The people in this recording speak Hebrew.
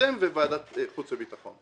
אתם וועדת החוץ והביטחון.